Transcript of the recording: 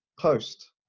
post